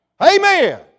Amen